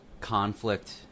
conflict